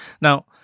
Now